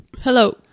Hello